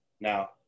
Now